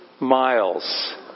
miles